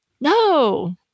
no